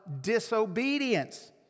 disobedience